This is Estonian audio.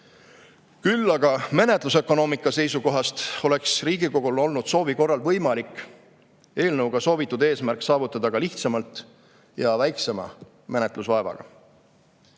Küll aga oleks menetlusökonoomia seisukohast Riigikogul olnud soovi korral võimalik eelnõuga soovitud eesmärk saavutada ka lihtsamalt ja väiksema menetlusvaevaga. Eelnõu